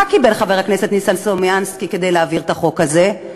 מה קיבל חבר הכנסת ניסן סלומינסקי כדי להעביר את החוק הזה,